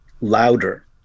louder